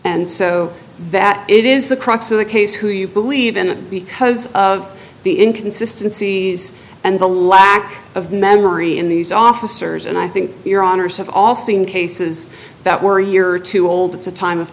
and so that it is the crux of the case who you believe in because of the inconsistency and the lack of memory in these officers and i think your honour's have all seen cases that were a year or two old at the time of